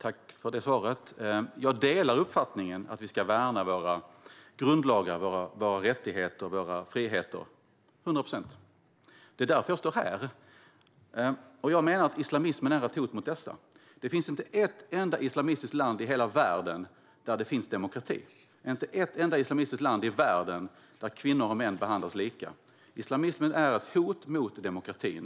Herr talman! Jag håller med om att vi ska värna våra grundlagar, våra rättigheter och våra friheter - till 100 procent. Det är därför jag står här. Jag menar att islamismen är ett hot mot dessa. Det finns inte ett enda islamistiskt land i hela världen som är demokratiskt, inte ett enda islamistiskt land i världen där kvinnor och män behandlas lika. Islamismen är ett hot mot demokratin.